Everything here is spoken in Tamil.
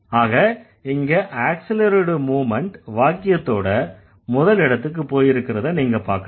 ஆக இங்க ஆக்ஸிலரியோட மூவ்மெண்ட் வாக்கியத்தோட முதல் இடத்திற்கு போயிருக்கறத நீங்க பார்க்கலாம்